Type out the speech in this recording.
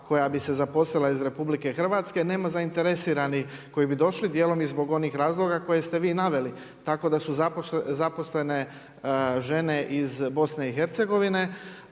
koja bi se zaposlila iz RH, nema zainteresiranih koji bi došli, dijelom i zbog onih razloga koje ste vi naveli, tako da su zaposlene žene iz BIH, a isto